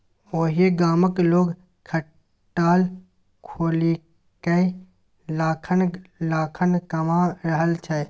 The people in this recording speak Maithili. ओहि गामक लोग खटाल खोलिकए लाखक लाखक कमा रहल छै